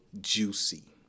juicy